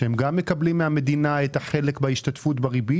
שהם גם מקבלים מן המדינה את החלק בהשתתפות בריבית